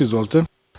Izvolite.